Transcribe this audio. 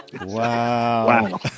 Wow